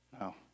No